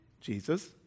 Jesus